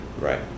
Right